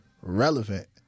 relevant